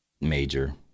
major